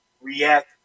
react